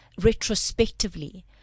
retrospectively